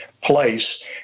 place